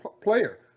player